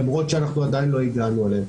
למרות שאנחנו עדיין לא הגענו אליהם.